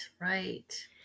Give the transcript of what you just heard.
right